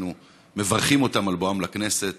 אנחנו מברכים אותם על בואם לכנסת.